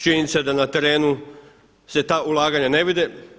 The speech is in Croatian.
Činjenica je da na terenu se ta ulaganja ne vide.